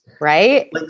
Right